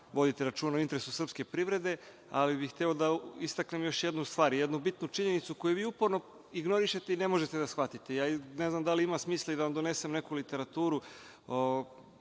vodite računa o interesu srpske privrede. Hteo bih da istaknem jednu bitnu činjenicu koju vi uporno ignorišete i ne možete da shvatite. Ne znam da li ima smisla da vam donesem neku literaturu